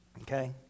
Okay